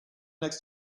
next